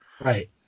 Right